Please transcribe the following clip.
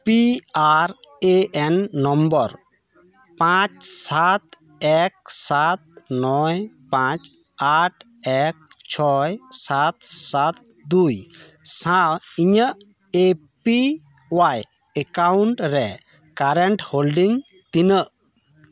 P R A N number ᱯᱟᱸᱪ ᱥᱟᱛ ᱮᱠ ᱥᱟᱛ ᱱᱚᱭ ᱯᱟᱸᱪ ᱟᱴ ᱮᱠ ᱪᱷᱚᱭ ᱥᱟᱛ ᱥᱟᱛ ᱫᱩᱭ ᱥᱟᱶ ᱤᱧᱟᱹᱜ ᱮ ᱯᱤ ᱳᱭᱟᱭ ᱮᱠᱟᱣᱩᱱᱴ ᱨᱮ ᱠᱟᱨᱮᱱᱴ ᱦᱳᱞᱰᱤᱝ ᱛᱤᱱᱟᱹᱜ